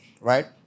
right